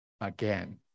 again